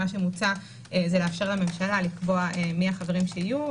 מוצע לאפשר לממשלה לקבוע מי החברים שיהיו,